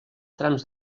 trams